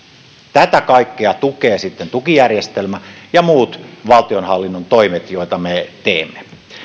tätä kaikkea tukevat sitten tukijärjestelmä ja muut valtionhallinnon toimet joita me teemme